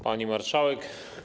Pani Marszałek!